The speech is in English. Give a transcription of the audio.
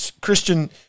Christian